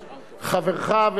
חברך,